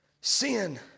Sin